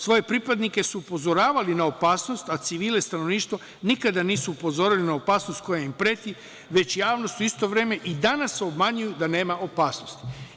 Svoje pripadnike su upozoravali na opasnost, a civile i stanovništvo nikada nisu upozorili na opasnost koja im preti, već javnost u isto vreme i danas obmanjuju da nema opasnosti.